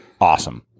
awesome